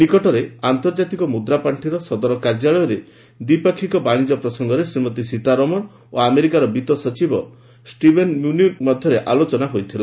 ନିକଟରେ ଆନ୍ତର୍ଜାତିକ ମୁଦ୍ରାପାଣ୍ଠିର ସଦର କାର୍ଯ୍ୟାଳୟଠାରେ ଦ୍ୱିପାକ୍ଷିକ ବାଣିଜ୍ୟ ପ୍ରସଙ୍ଗରେ ଶ୍ରୀମତୀ ସୀତାରମଣ ଓ ଆମେରିକାର ବିତ୍ତ ସଚିବ ଷ୍ଟିଭେନ୍ ମ୍ବଚିନ୍ଙ୍କ ମଧ୍ୟରେ ଆଲୋଚନା ହୋଇଥିଲା